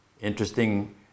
interesting